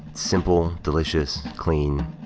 simple, delicious, clean,